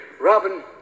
Robin